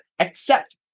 accept